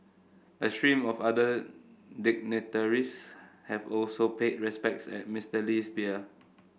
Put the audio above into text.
a stream of other dignitaries have also paid respects at Mister Lee's bier